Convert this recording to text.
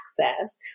access